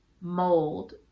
mold